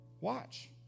Watch